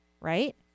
right